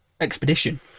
Expedition